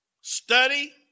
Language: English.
Study